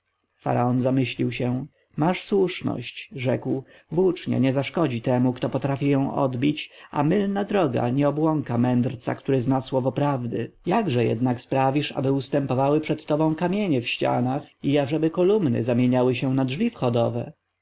zamyślił się masz słuszność rzekł włócznia nie zaszkodzi temu kto potrafi ją odbić a mylna droga nie obłąka mędrca który zna słowo prawdy jakże jednak sprawisz ażeby ustępowały przed tobą kamienie w ścianach i ażeby kolumny zamieniały się na drzwi wchodowe